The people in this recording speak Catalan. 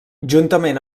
juntament